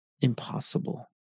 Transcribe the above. impossible